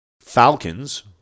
Falcons